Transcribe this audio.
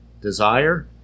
desire